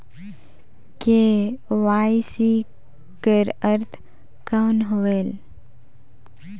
KYC कर अर्थ कौन होएल?